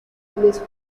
les